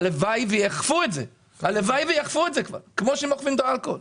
שיאכפו את זה כמו שאוכפים את האלכוהול.